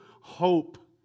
hope